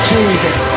Jesus